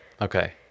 Okay